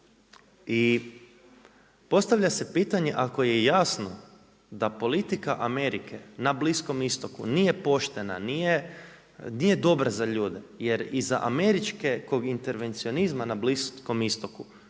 Postavlja se pitanje, ako je jasno da politika Amerika na Bliskom Istoku, nije poštena, nije dobra za ljude, jer i za američke kogintervencionizma što ostaje? Ostaju